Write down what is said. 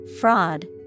fraud